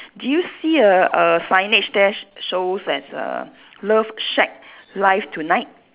do you see a a signage there sh~ shows there's a love shack live tonight